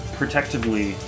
protectively